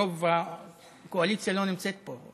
רוב קואליציה לא נמצאת פה,